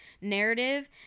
narrative